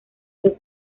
los